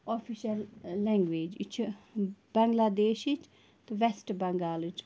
official language یہِ چھِ بٮ۪نٛگلادیشِچ تہٕ وٮ۪سٹ بنٛگالٕچ